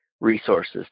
resources